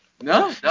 No